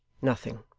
nothing.